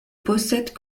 possède